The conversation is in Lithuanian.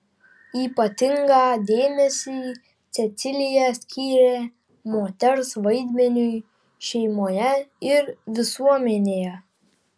ypatingą dėmesį cecilija skyrė moters vaidmeniui šeimoje ir visuomenėje